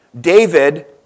David